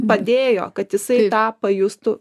padėjo kad jisai tą pajustų